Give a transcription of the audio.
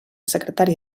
secretària